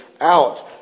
out